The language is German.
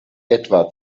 etwa